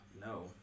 No